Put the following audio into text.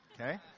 Okay